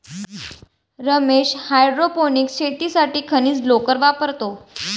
Ramesh hydroponics शेतीसाठी खनिज लोकर वापरतो